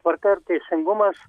tvarka ir teisingumas